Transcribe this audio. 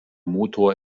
motor